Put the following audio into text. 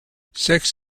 sex